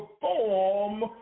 perform